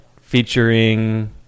featuring